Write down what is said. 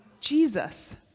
Jesus